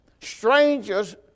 strangers